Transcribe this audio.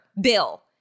bill